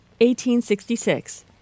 1866